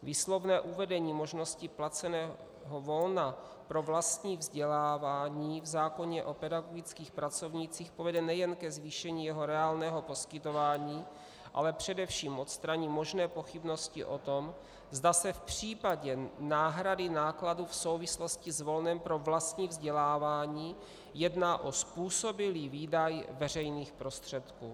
Výslovné uvedení možnosti placeného volna pro vlastní vzdělávání v zákoně o pedagogických pracovnících povede nejen ke zvýšení jeho reálného poskytování, ale především odstraní možné pochybnosti o tom, zda se v případě náhrady nákladů v souvislosti s volnem pro vlastní vzdělávání jedná o způsobilý výdaj veřejných prostředků.